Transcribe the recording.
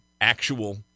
actual